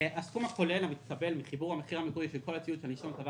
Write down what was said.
הסכום הכולל המתקבל מחיבור המחיר המקורי של כל הציוד שהנישום תבע